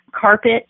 carpet